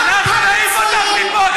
אנחנו נעיף אותך מפה.